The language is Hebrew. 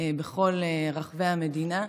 בכל רחבי המדינה,